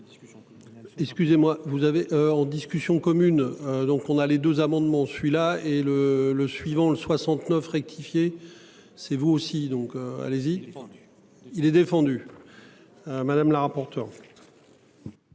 Excusez-moi, vous avez en discussion commune. Donc on a les 2 amendements celui-là et le le suivant le 69 rectifié. C'est vous aussi. Donc allez-y. Il est défendu. Madame la rapporteure.